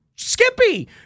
Skippy